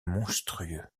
monstrueux